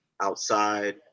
outside